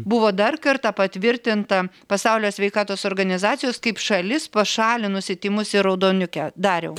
buvo dar kartą patvirtinta pasaulio sveikatos organizacijos kaip šalis pašalinusi tymus ir raudoniukę dariau